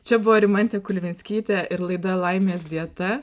čia buvo rimantė kulvianskytė ir laida laimės dieta